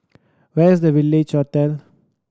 where is the Village Hotel